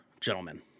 gentlemen